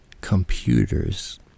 computers